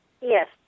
Yes